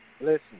Listen